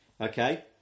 Okay